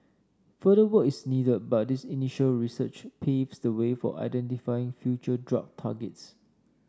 further work is needed but this initial research paves the way for identifying future drug targets